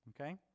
okay